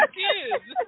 kids